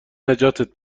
نجاتت